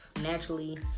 naturally